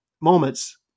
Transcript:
moments